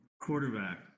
quarterback